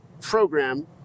program